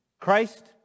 Christ